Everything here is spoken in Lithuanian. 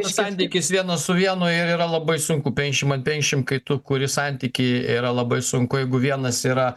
santykis vienas su vienu ir yra labai sunku penkiasšim an penkiasšim kai tu kuri santykį yra labai sunku jeigu vienas yra